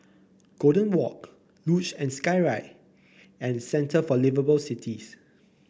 Golden Walk Luge and Skyride and Centre for Liveable Cities